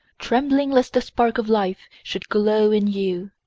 trembling lest the spark of life should glow in you,